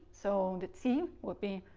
so the t would be